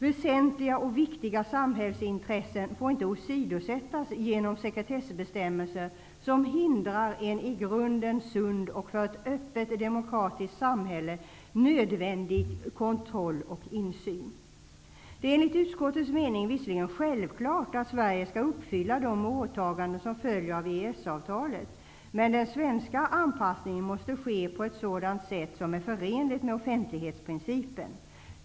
Väsentliga och viktiga samhällsintressen får inte åsidosättas genom sekretessbestämmelser, som hindrar en i grunden sund och för ett öppet demokratiskt samhälle nödvändig kontroll och insyn. Det är enligt utskottets mening visserligen självklart att Sverige skall uppfylla de åtaganden som följer av EES-avtalet, men den svenska anpassningen måste ske på ett sätt som är förenligt med offentlighetsprincipen.